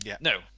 no